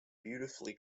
beautifully